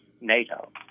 NATO